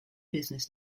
business